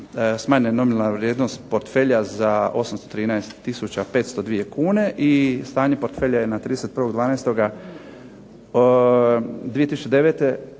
smanjena je nominalna vrijednost portfelja za 813 tisuća 502 kune i stanje portfelja je na 31.12.2009.